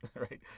right